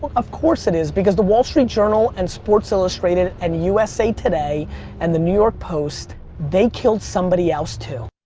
of course it is because the wall street journal and sports illustrated and usa today and the new york post they killed somebody else, too.